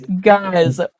guys